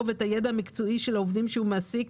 ואת הידע המקצועי של העובדים שהוא מעסיק,